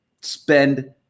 spend